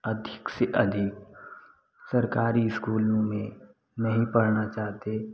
अधिक से अधिक सरकारी स्कूलों में नहीं पढ़ना चाहते